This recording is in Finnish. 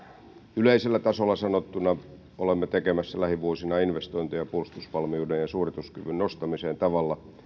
yleisellä tasolla sanottuna olemme tekemässä lähivuosina investointeja puolustusvalmiuden ja suorituskyvyn nostamiseen tavalla